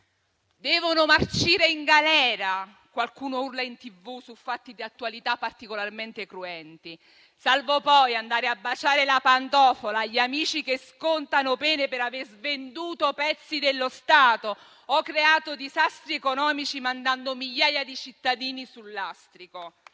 Devono marcire in galera: così qualcuno urla in TV su fatti di attualità particolarmente cruenti, salvo poi andare a baciare la pantofola agli amici che scontano pene per aver svenduto pezzi dello Stato o creato disastri economici, mandando migliaia di cittadini sul lastrico.